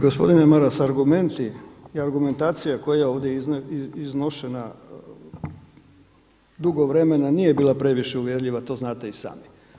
Gospodine Maras, argumenti i argumentacija koja je ovdje iznošena dugo vremena nije bila previše uvjerljiva, to znate i sami.